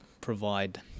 provide